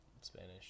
Spanish